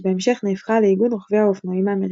שבהמשך נהפכה לאיגוד רוכבי האופנועים האמריקאי.